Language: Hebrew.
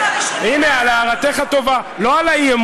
היינו הראשונים לעשות זאת, משום שזה חשוב